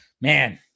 man